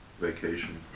vacation